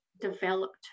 developed